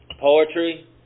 Poetry